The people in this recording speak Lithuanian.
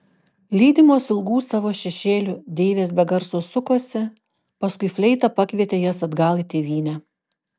lydimos ilgų savo šešėlių deivės be garso sukosi paskui fleita pakvietė jas atgal į tėvynę